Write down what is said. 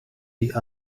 die